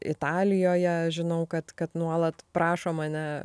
italijoje žinau kad kad nuolat prašo mane